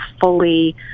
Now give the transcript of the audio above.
fully